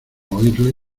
oírle